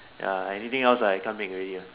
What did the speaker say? ya anything else I can't make already ah